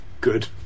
good